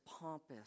pompous